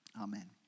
Amen